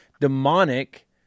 demonic